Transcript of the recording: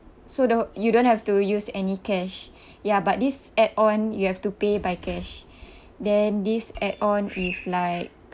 so the you don't have to use any cash ya but this add-on you have to pay by cash then this add-on is like